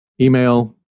Email